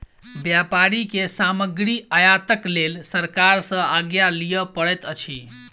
व्यापारी के सामग्री आयातक लेल सरकार सॅ आज्ञा लिअ पड़ैत अछि